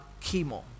chemo